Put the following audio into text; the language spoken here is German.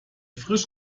frisch